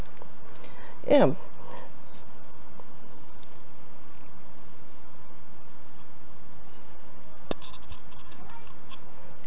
yup